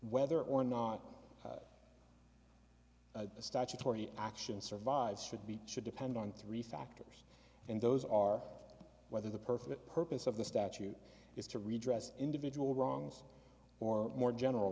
whether or not the statutory action survives should be should depend on three factors and those are whether the perfect purpose of the statute is to redress individual wrongs or more general